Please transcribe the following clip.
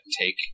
take